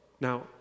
Now